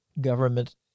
government